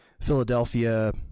philadelphia